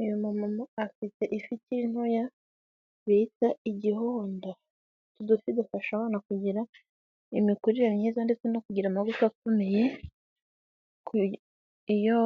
Uyu mumama afite ifi ikiri ntoya, bita igihondo. Utu dufi dufasha abana kugira imikurire myiza ndetse no kugira amagufwa akomeye, iyo